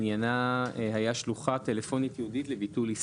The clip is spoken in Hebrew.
עניינה היה שלוחה טלפונית ייעודית לביטול עסקה,